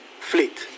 fleet